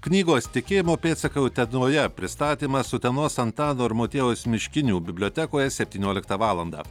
knygos tikėjimo pėdsakai utenoje pristatymas utenos antano ir motiejaus miškinių bibliotekoje septynioliktą valandą